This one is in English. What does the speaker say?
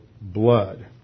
blood